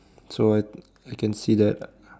so I I can see that